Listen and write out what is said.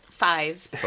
Five